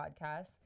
podcast